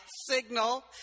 signal